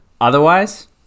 Otherwise